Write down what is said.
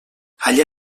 allà